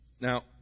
Now